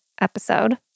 episode